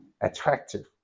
attractive